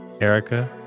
Erica